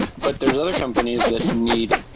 but there're other companies that need,